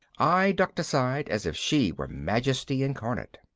i ducked aside as if she were majesty incarnate.